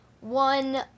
one